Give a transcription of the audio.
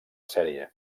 sèrie